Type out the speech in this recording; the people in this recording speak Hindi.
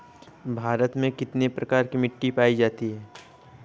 भारत में कितने प्रकार की मिट्टी पाई जाती हैं?